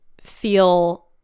feel